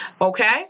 okay